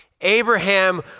Abraham